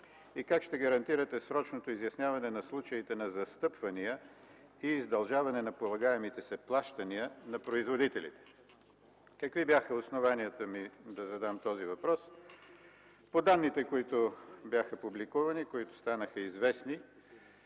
и как ще гарантирате срочното изясняване на случаите на застъпвания и издължавания на полагаемите се плащания на производителите? Какви бяха основанията ми, за да задам този въпрос? По данните, които бяха публикувани, които станаха известни,